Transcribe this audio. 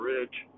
Ridge